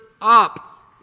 up